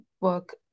work